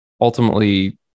ultimately